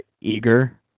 eager